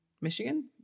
Michigan